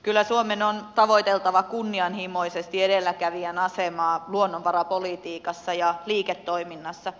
kyllä suomen on tavoiteltava kunnianhimoisesti edelläkävijän asemaa luonnonvarapolitiikassa ja liiketoiminnassa